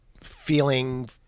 feeling